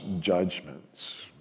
judgments